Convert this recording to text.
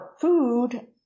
food